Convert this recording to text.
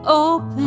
open